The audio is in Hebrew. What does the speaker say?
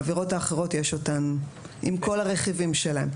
העבירות האחרות, יש אותן עם כל הרכיבים שלהן.